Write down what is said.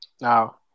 Now